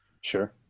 Sure